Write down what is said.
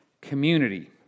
community